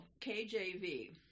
KJV